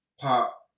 Pop